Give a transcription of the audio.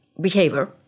behavior